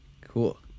cool